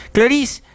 Clarice